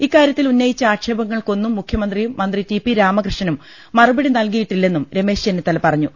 ഇക്കാര്യത്തിൽ ഉന്നയിച്ച ആക്ഷേപങ്ങൾക്കൊന്നും മുഖ്യമന്ത്രിയും മന്ത്രി ടി പി രാമകൃഷണനും മറുപടി നല്കിയിട്ടില്ലെന്നും രമേശ് ചെന്നിത്തല പറഞ്ഞു